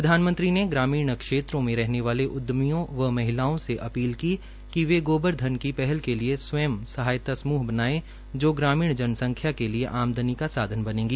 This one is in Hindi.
प्रधानमंत्री ने ग्रामीण क्षेत्रों में रहने वाले उद्यमियों व महिलीओं से अपील की कि वे गोबर धन की पहल के लिए स्व्यं सहायता समृह बनाएं जो ग्रीमण जनसंख्या के लिए आमदनी का साधन बनेगी